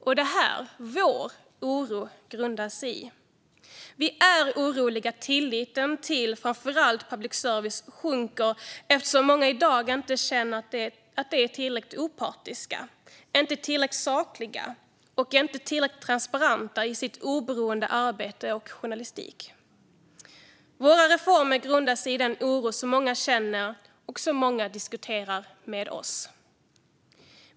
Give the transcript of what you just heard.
Och det är i detta som vår oro grundar sig. Vi är oroliga över att tilliten till framför allt public service sjunker eftersom många i dag inte tycker att public service är tillräckligt opartisk, inte tillräckligt saklig och inte tillräckligt transparent i sitt oberoende arbete och i sin journalistik. Våra reformer grundar sig i den oro som många känner och som många diskuterar med oss.